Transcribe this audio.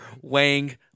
wang